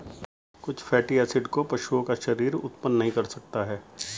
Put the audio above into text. कुछ fatty acid को पशुओं का शरीर उत्पन्न नहीं कर सकता है